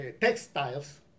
textiles